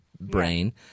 brain